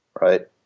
right